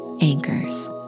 anchors